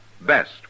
Best